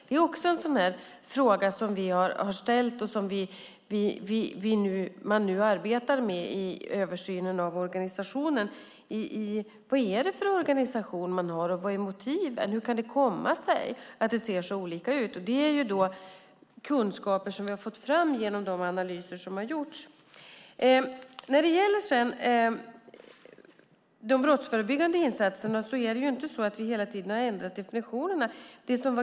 Det är också en fråga vi har ställt och som finns med i översynen av organisationen. Vad är det för organisation? Vad är motiven? Hur kan det komma sig att det ser så olika ut? Det är kunskaper som vi har fått fram i de analyser som har gjorts. Sedan var det frågan om de brottsförebyggande insatserna. Vi har inte hela tiden ändrat definitionerna.